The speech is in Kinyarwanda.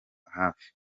hafi